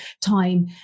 time